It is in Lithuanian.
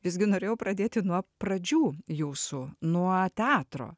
visgi norėjau pradėti nuo pradžių jūsų nuo teatro